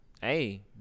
Hey